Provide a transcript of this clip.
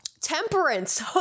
Temperance